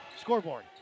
scoreboard